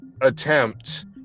attempt